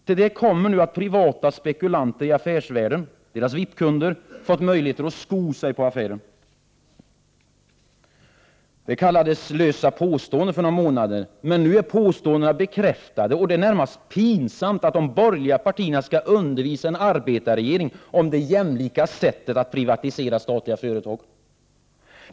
Till detta kommer att privata spekulanter i affärsvärlden, s.k. VIP-kunder, fått möjlighet att sko sig på affären. De s.k. lösa påståendena för några månader sedan är nu bekräftade, och det är i det närmaste pinsamt att de borgerliga partierna skall undervisa en arbetarregering om det jämlika sättet att privatisera statliga företag.